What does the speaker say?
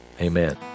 Amen